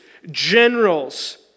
generals